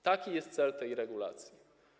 Taki jest cel tej regulacji.